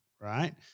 right